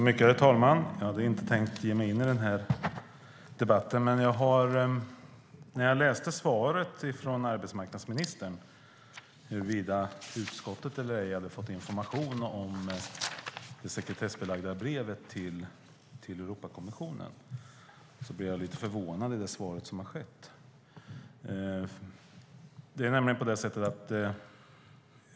Herr talman! Jag hade inte tänkt ge mig in i den här debatten, men när jag läste svaret från arbetsmarknadsministern och huruvida utskottet hade fått information om det sekretessbelagda brevet till Europakommissionen eller ej blev jag lite förvånad.